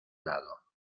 lado